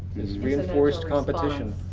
it's reinforced competition.